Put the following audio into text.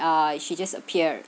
ah she just appeared